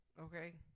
okay